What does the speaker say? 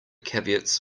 caveats